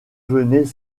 venait